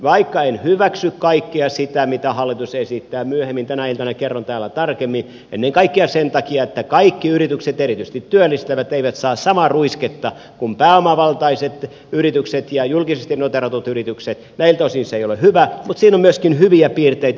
vaikka en hyväksy kaikkea sitä mitä hallitus esittää myöhemmin tänä iltana kerron täällä tarkemmin ennen kaikkea sen takia että kaikki yritykset erityisesti työllistävät eivät saa samaa ruisketta kuin pääomavaltaiset yritykset ja julkisesti noteeratut yritykset näiltä osin se ei ole hyvä mutta siinä on myöskin hyviä piirteitä